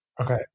okay